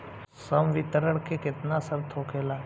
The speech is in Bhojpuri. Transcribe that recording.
संवितरण के केतना शर्त होखेला?